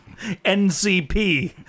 NCP